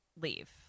leave